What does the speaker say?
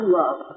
love